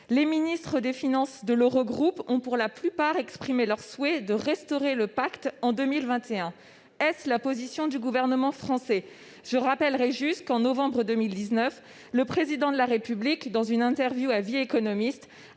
Les ministres des finances de l'Eurogroupe ont pour la plupart exprimé leur souhait de restaurer le pacte en 2021. Est-ce la position du gouvernement français ? En novembre 2019, le Président de la République, dans une interview accordée